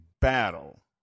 battle